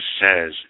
says